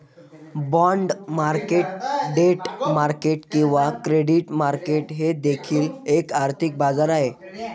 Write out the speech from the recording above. bond market debt market किंवा credit market हे देखील एक आर्थिक बाजार आहे